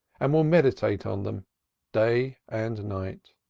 and will meditate on them day and night.